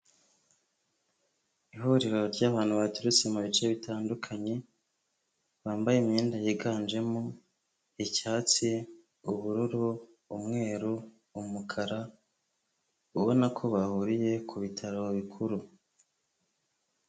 Ihuriro ry'abantu baturutse mubi bice bitandukanye bambaye imyenda yiganjemo icyatsi ,ubururu ,umweru, umukara, ubona ko bahuriye kubitaro bikuru.